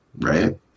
Right